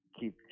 Keep